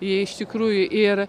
jie iš tikrųjų ir